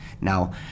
Now